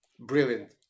brilliant